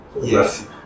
Yes